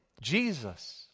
Jesus